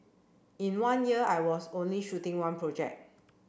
in one year I was only shooting one project